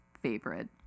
favorite